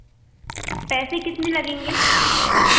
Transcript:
पैसे कितने लगेंगे